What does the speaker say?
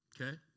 Okay